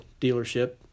dealership